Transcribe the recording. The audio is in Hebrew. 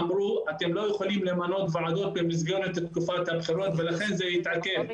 אמרו: אתם לא יכולים למנות ועדות במסגרת תקופת הבחירות ולכן זה יתעכב.